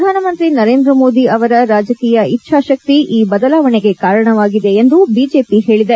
ಪ್ರಧಾನಮಂತ್ರಿ ನರೇಂದ್ರ ಮೋದಿ ಅವರ ರಾಜಕೀಯ ಇಚ್ದಾಶಕ್ತಿ ಈ ಬದಲಾವಣೆಗೆ ಕಾರಣವಾಗಿದೆ ಎಂದು ಬಿಜೆಪಿ ಹೇಳಿದೆ